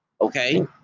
okay